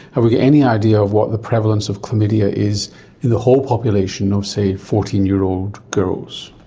have we any idea of what the prevalence of chlamydia is in the whole population of, say, fourteen year old girls?